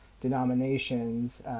denominations